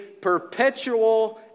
perpetual